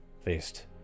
faced